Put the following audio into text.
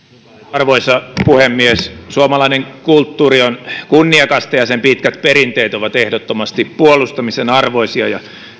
arvoisa puhemies suomalainen kulttuuri on kunniakasta ja sen pitkät perinteet ovat ehdottomasti puolustamisen arvoisia ja